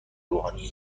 روحانی